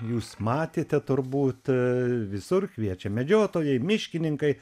jūs matėte turbūt visur kviečia medžiotojai miškininkai